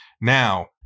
Now